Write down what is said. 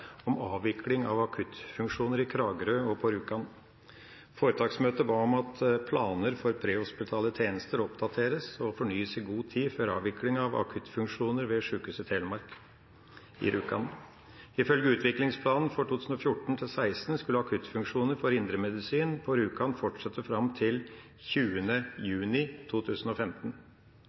om avvikling av akuttfunksjoner i Kragerø og på Rjukan. Foretaksmøtet ba om at planer for prehospitale tjenester oppdateres og fornyes i god tid før avvikling av akuttfunksjoner ved Sykehuset Telemark, Rjukan. Ifølge Utviklingsplan for 2014-16 skulle akuttfunksjon for indremedisin på Rjukan fortsette frem til